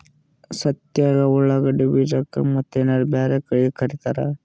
ಸಂತ್ಯಾಗ ಉಳ್ಳಾಗಡ್ಡಿ ಬೀಜಕ್ಕ ಮತ್ತೇನರ ಬ್ಯಾರೆ ಕರಿತಾರ?